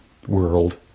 World